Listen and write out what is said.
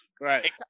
Right